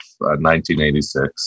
1986